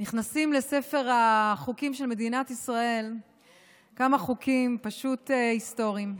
נכנסים לספר החוקים של מדינת ישראל כמה חוקים פשוט היסטוריים,